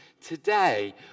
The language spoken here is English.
Today